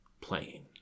playing